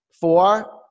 four